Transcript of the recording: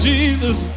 Jesus